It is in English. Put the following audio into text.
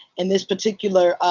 and this particular